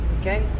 okay